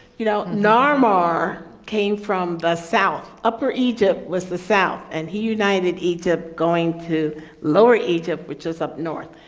you know, narmer came from the south. upper egypt was the south and he united egypt going to lower egypt which is up north.